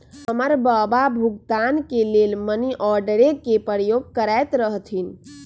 हमर बबा भुगतान के लेल मनीआर्डरे के प्रयोग करैत रहथिन